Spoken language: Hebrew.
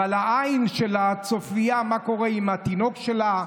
אבל העין שלה צופייה מה קורה עם התינוק שלה,